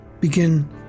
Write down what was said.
begin